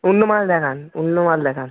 অন্য মাল দেখান অন্য মাল দেখান